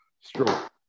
stroke